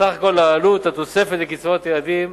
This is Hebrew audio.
סך הכול העלות, התוספת לקצבאות הילדים,